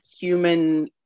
human